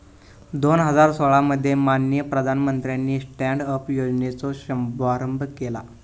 दोन हजार सोळा मध्ये माननीय प्रधानमंत्र्यानी स्टॅन्ड अप योजनेचो शुभारंभ केला